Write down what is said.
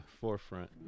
forefront